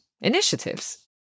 initiatives